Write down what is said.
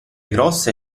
grosse